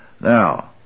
Now